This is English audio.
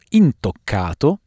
intoccato